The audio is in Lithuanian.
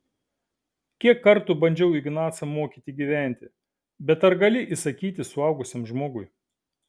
kiek kartų bandžiau ignacą mokyti gyventi bet ar gali įsakyti suaugusiam žmogui